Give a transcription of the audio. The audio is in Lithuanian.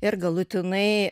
ir galutinai